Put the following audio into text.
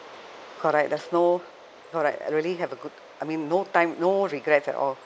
correct there's no correct really have a good I mean no time no regrets at all